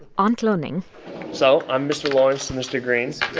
aren't learning so i'm mr. lawrence. and mr. greene.